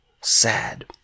sad